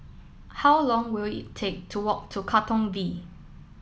how long will it take to walk to Katong V